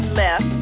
left